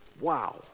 wow